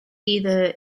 either